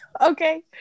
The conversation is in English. Okay